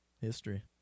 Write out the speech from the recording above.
History